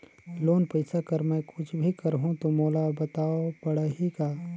Loan पइसा कर मै कुछ भी करहु तो मोला बताव पड़ही का?